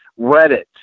Reddit